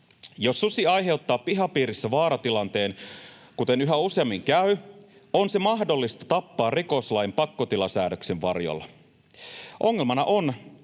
Jos susi aiheuttaa pihapiirissä vaaratilanteen, kuten yhä useammin käy, on se mahdollista tappaa rikoslain pakkotilasäädöksen varjolla. Ongelmana on,